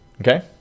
Okay